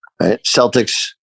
Celtics